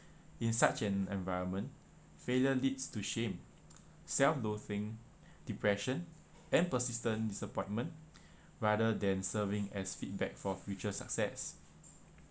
in such an environment failure leads to shame self loathing depression and persistent disappointment rather than serving as feedback for future success